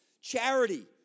charity